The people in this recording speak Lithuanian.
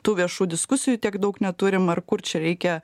tų viešų diskusijų tiek daug neturim ar kur čia reikia